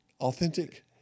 Authentic